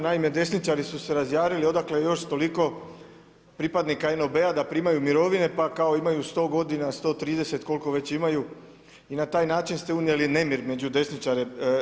Naime desničari su se razjarili odakle još toliko NOB-a da primaju mirovine, pa kao imaju 100 g. 130 koliko već imaju i na taj način ste unijeli nemir među desničare.